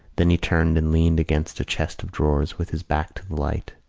then he turned and leaned against a chest of drawers with his back to the light.